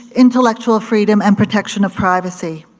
intellectual freedom, and protection of privacy.